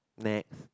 next